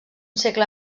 segle